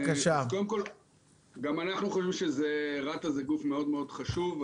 גם אנחנו חושבים שרת"א זה גוף מאוד מאוד חשוב.